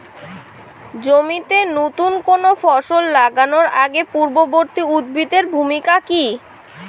জমিতে নুতন কোনো ফসল লাগানোর আগে পূর্ববর্তী উদ্ভিদ এর ভূমিকা কি?